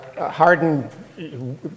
hardened